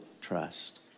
trust